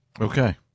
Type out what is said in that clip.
Okay